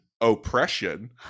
oppression